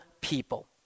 people